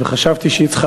וחשבתי שהיא צריכה,